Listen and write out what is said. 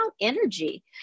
energy